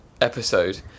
episode